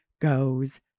goes